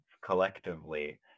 collectively